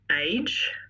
age